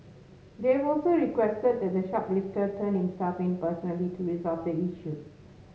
they've also requested that the shoplifter turn himself in personally to resolve the issue